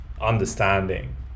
understanding